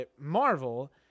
Marvel